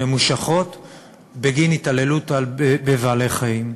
בגין התעללות בבעלי-חיים.